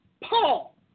Paul